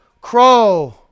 Crow